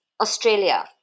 Australia